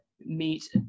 meet